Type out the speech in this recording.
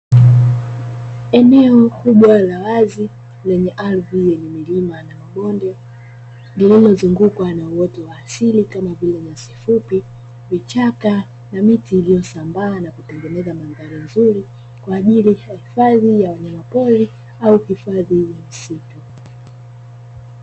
Eneo kubwa la wazi, lenye ardhi yenye milima na mabonde, linalozungukwa na uoto wa asili kama vile: nyasi fupi, vichaka na miti; iliyosambaa na kutengeneza mandhari nzuri kwa ajili ya hifadhi ya wanyamapori au hifadhi ya misitu.